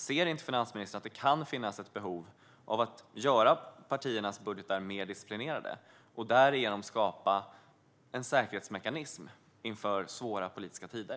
Ser inte finansministern att det kan finnas ett behov av att göra partiernas budgetar mer disciplinerade och därigenom skapa en säkerhetsmekanism inför svåra politiska tider?